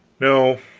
no,